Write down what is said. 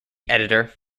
editor